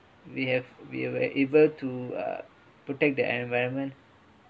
we have we were able to uh protect the environment